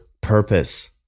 purpose